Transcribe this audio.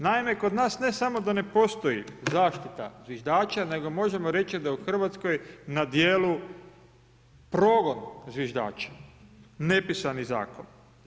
Naime, kod nas ne samo da ne postoji zaštita zviždača nego možemo reći da je u Hrvatskoj na djelu progon zviždača, nepisani zakon.